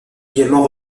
également